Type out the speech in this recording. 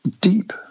deep